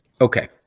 Okay